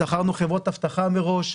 שכרנו חברות אבטחה מראש.